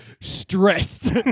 stressed